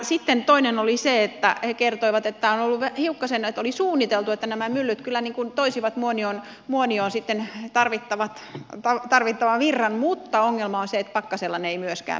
sitten toinen asia oli se että he kertoivat että oli suunniteltu että nämä myllyt kyllä toisivat muonioon mainio sitten he tarvittavat rahat tarvittavan virran mutta ongelma on se että myöskään pakkasella ne eivät pyöri